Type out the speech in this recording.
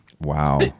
wow